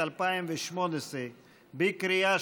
התשע"ח 2018, נתקבל.